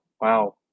Wow